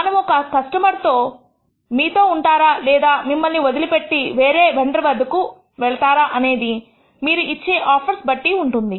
మనము ఒక కస్టమర్ మీతో ఉంటారా లేదా మిమ్మల్ని వదిలి పెట్టి వేరే వెండర్ వద్దకు వెళతారా అనేది మీరు ఇచ్చే ఆఫర్స్ బట్టి ఉంటుంది